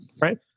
Right